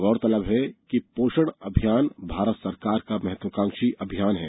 गौरतलब है कि पोषण अभियान भारत सरकार का महत्वाकांक्षी अभियान है